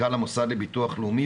מנכ"ל המוסד לביטוח לאומי,